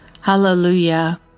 Hallelujah